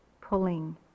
pulling